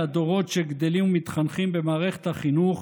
הדורות שגדלים ומתחנכים במערכת החינוך,